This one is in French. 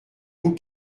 vous